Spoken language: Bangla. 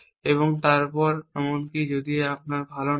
এবং তারপর এমনকি যদি আপনি ভাল না হয়